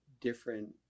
different